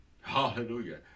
hallelujah